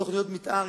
תוכניות מיתאר,